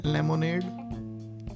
Lemonade